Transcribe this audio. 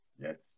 Yes